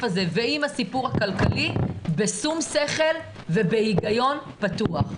הזה ועם הסיפור הכלכלי בשום שכל ובהיגיון פתוח.